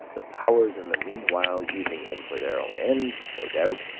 the powers in the meanwhile using him for their own ends, no doubt,